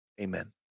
amen